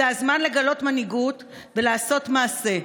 זה הזמן לגלות מנהיגות ולעשות מעשה: